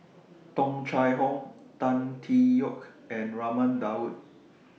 Tung Chye Hong Tan Tee Yoke and Raman Daud